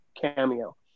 cameo